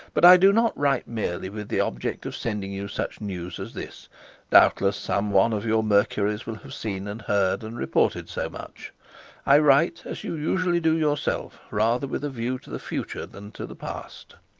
but i do not write merely with the object of sending you such news as this doubtless some one of your mercuries will have seen and heard and reported so much i write, as you usually do yourself, rather with a view to the future than to the past.